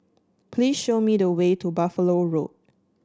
please show me the way to Buffalo Road